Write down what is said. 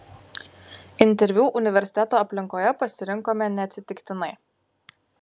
interviu universiteto aplinkoje pasirinkome neatsitiktinai